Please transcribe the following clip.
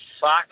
fuck